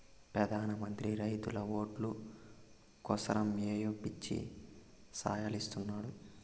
పెదాన మంత్రి రైతుల ఓట్లు కోసరమ్ ఏయో పిచ్చి సాయలిస్తున్నాడు